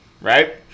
Right